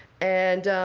and